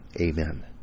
Amen